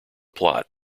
plot